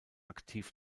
aktiv